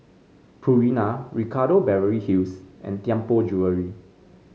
Purina Ricardo Beverly Hills and Tianpo Jewellery